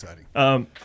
exciting